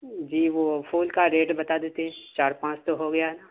جی وہ پھول کا ریٹ بتا دیتے چار پانچ تو ہو گیا نا